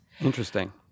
Interesting